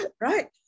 Right